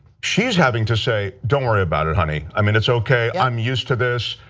she is having to say don't worry about it honey, i mean it's okay, i'm used to this,